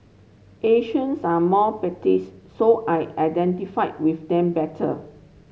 Asians are more petites so I identify with them better